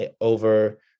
over